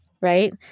right